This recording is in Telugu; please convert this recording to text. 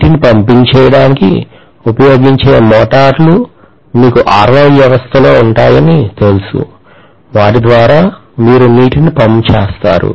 నీటిని పంపింగ్ చేయడానికి ఉపయోగించే మోటార్లు మీకు RO వ్యవస్థలో ఉంటాయని తెలుసు వాటిద్వారా మీరు నీటిని పంప్ చేస్తారు